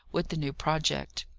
with the new project.